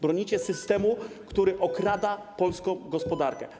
Bronicie systemu, który okrada polską gospodarkę.